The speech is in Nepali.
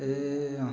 ए